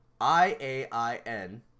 I-A-I-N